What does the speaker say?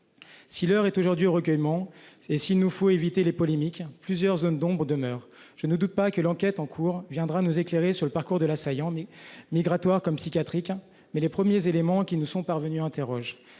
Si l'heure est aujourd'hui au recueillement et s'il nous faut éviter les polémiques. Plusieurs zones d'ombres demeurent. Je ne doute pas que l'enquête en cours viendra nous éclairer sur le parcours de l'assaillant ni migratoire comme psychiatrique mais les premiers éléments qui nous sont parvenues interroges